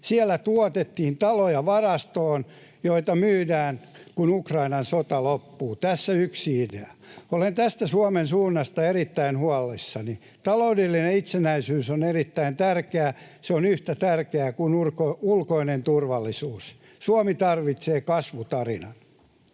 Siellä tuotettiin taloja varastoon, joita myydään, kun Ukrainan sota loppuu. Tässä yksi idea. Olen tästä Suomen suunnasta erittäin huolissani. Taloudellinen itsenäisyys on erittäin tärkeää. Se on yhtä tärkeää kuin ulkoinen turvallisuus. Suomi tarvitsee kasvutarinan.